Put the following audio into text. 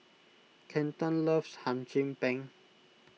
Kenton loves Hum Chim Peng